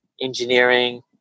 engineering